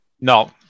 No